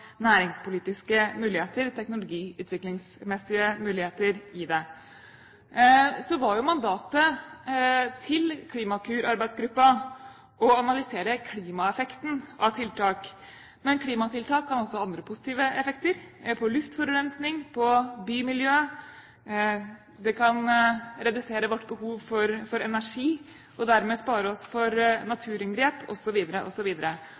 næringspolitiske muligheter og teknologiutviklingsmessige muligheter i det. Mandatet til Klimakur-arbeidsgruppen var å analysere klimaeffekten av tiltak. Men klimatiltak kan også ha andre positive effekter, på luftforurensning og på bymiljøet. Det kan redusere vårt behov for energi og dermed spare oss for